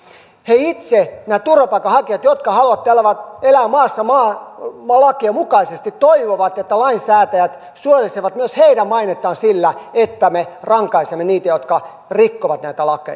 he itse nämä turvapaikanhakijat jotka haluavat täällä vain elää maassa maan lakien mukaisesti toivovat että lainsäätäjät suojelisivat myös heidän mainettaan sillä että me rankaisemme niitä jotka rikkovat näitä lakeja